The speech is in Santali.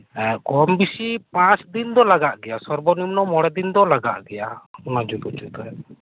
ᱮᱫ ᱠᱚᱢ ᱵᱮᱥᱤ ᱯᱟᱸᱪ ᱫᱤᱱ ᱫᱚ ᱞᱟᱜᱟᱜ ᱜᱮᱭᱟ ᱥᱚᱨᱵᱚ ᱱᱤᱢᱱᱚ ᱢᱚᱬᱮ ᱫᱤᱱᱫᱚ ᱞᱟᱜᱟᱜ ᱜᱮᱭᱟ ᱚᱱᱟ ᱡᱩᱛ ᱦᱚᱪᱚᱭᱛᱮ